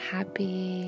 Happy